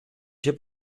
cię